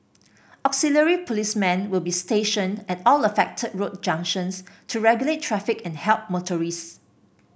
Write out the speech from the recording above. auxiliary policemen will be stationed at all affected road junctions to regulate traffic and help motorists